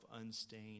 unstained